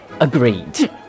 Agreed